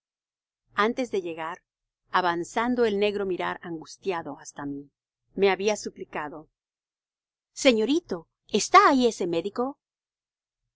antes de llegar avanzando el negro mirar angustiado hasta mí me había suplicado señorito está ahí ese médico